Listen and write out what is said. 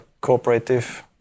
cooperative